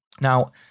Now